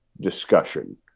Discussion